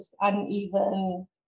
uneven